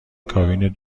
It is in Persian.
کابین